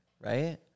Right